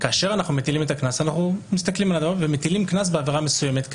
כאשר אנחנו מטילים את הקנס אנחנו מטילים קנס בעבירה מסוימת,